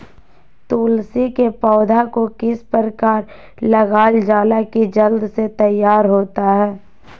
तुलसी के पौधा को किस प्रकार लगालजाला की जल्द से तैयार होता है?